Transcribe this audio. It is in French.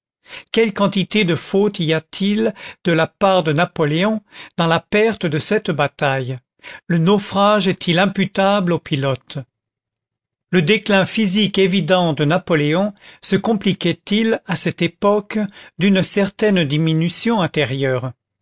quelle quantité de faute y a-t-il de la part de napoléon dans la perte de cette bataille le naufrage est-il imputable au pilote le déclin physique évident de napoléon se compliquait il à cette époque d'une certaine diminution intérieure